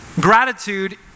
Gratitude